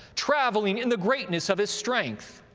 travelling in the greatness of his strength?